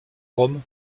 rome